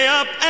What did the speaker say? up